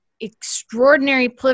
extraordinary